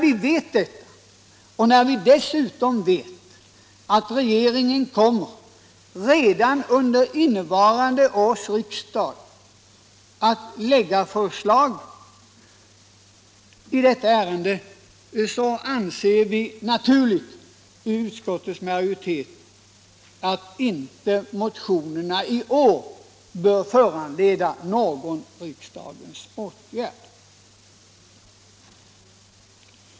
I vetskap 173 om detta och med tanke på att regeringen redan i år kommer att lägga fram förslag i detta ärende anser vi i utskottsmajoriteten att dessa motioner inte nu bör föranleda någon riksdagens åtgärd.